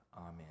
Amen